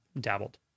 dabbled